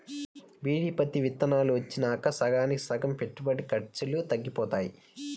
BT పత్తి విత్తనాలు వచ్చినాక సగానికి సగం పెట్టుబడి ఖర్చులు తగ్గిపోయాయి